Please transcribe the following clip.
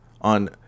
on